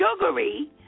sugary